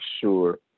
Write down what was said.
sure